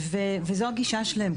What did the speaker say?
וזו הגישה שלהם,